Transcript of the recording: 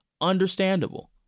understandable